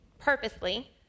purposely